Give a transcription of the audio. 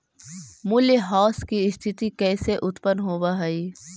मूल्यह्रास की स्थिती कैसे उत्पन्न होवअ हई?